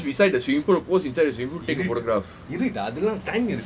pose beside the swimming pool pose inside the swimming pool take photograph